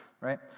right